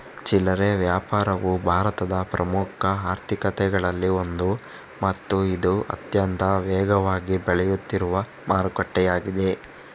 ಚಿಲ್ಲರೆ ವ್ಯಾಪಾರವು ಭಾರತದ ಪ್ರಮುಖ ಆರ್ಥಿಕತೆಗಳಲ್ಲಿ ಒಂದು ಮತ್ತು ಇದು ಅತ್ಯಂತ ವೇಗವಾಗಿ ಬೆಳೆಯುತ್ತಿರುವ ಮಾರುಕಟ್ಟೆಯಾಗಿದೆ